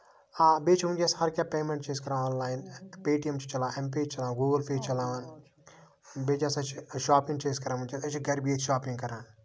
آ بیٚیہِ چھُ وٕنکیٚس ہَر کیٚنہہ پیمینٹ چھِ أسۍ کران آن لاین تہٕ پے ٹی ایم چھِ چلان ایم پے چھُ چَلان گوٗگُل پَے چھُ چَلاوان بیٚیہِ کیاہ سا چھُ شَاپِنگ چھِ أسۍ کران ونکیٚس چھِ گرِ بِہِتھ شاپِنگ کران